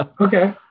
Okay